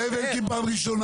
זאב אלקין, פעם ראשונה.